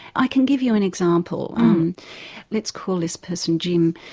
i can give you an example let's call this person jim.